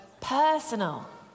personal